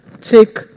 take